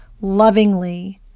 lovingly